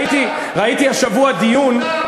ראיתי השבוע דיון,